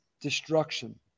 destruction